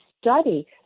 study